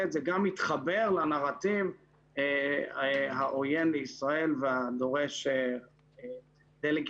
את זה גם מתחבר לנרטיב העוין לישראל והדורש דה-לגיטימציה